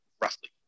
roughly